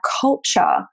culture